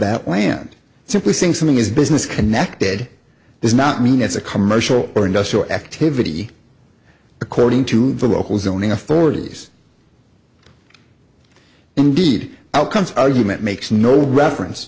that land simply saying something is business connected does not mean it's a commercial or industrial activity according to the local zoning authorities indeed outcomes argument makes no reference